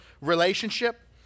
relationship